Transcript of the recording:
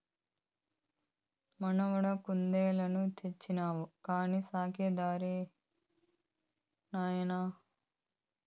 మనవడా కుందేలుని తెచ్చినావు కానీ సాకే దారేది నాయనా